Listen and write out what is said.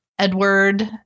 Edward